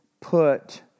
put